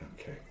Okay